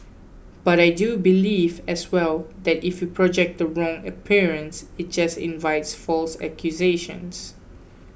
but I do believe as well that if you project the wrong appearance it just invites false accusations